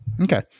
Okay